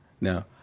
now